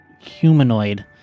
humanoid